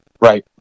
right